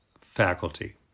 faculty